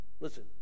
Listen